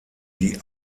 die